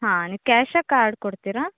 ಹಾಂ ನೀವು ಕ್ಯಾಷಾ ಕಾರ್ಡ್ ಕೊಡ್ತೀರಾ